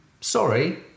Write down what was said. Sorry